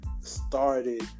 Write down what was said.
started